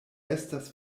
estas